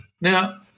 Now